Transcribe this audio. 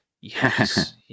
yes